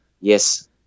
Yes